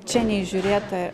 čia neįžiūrėta